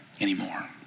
anymore